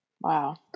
Wow